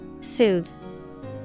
Soothe